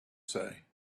say